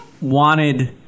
wanted